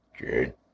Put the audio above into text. Good